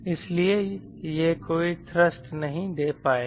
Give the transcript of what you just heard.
इसलिए यह कोई थ्रस्ट नहीं दे पाएगा